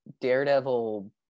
daredevil